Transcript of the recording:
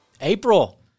April